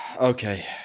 Okay